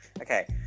Okay